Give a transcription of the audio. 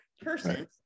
person